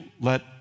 let